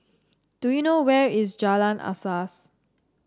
do you know where is Jalan Asas